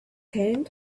hand